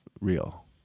real